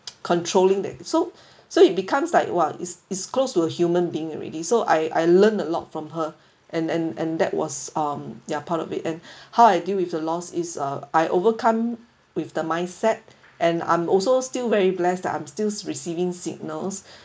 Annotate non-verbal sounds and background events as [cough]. controlling thing so so it becomes like !wah! it's close to a human being already so I I learn a lot from her [breath] and and and that was um ya part of it and how I deal with the loss is uh I overcome with the mindset and I'm also still very blessed that I'm still receiving signals